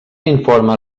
informe